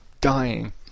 dying